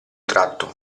tratto